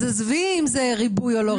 עזבי אם זה ריבוי או לא ריבוי.